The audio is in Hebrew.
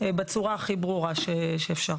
בצורה הכי ברורה שאפשר.